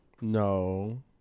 No